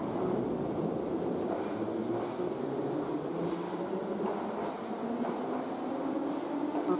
હઁ હઁ હઁ હઁ